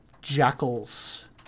jackals